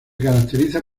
caracteriza